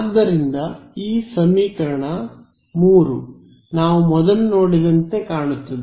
ಆದ್ದರಿಂದ ಈ ಸಮೀಕರಣ 3 ನಾವು ಮೊದಲು ನೋಡಿದಂತೆ ಕಾಣುತ್ತದೆ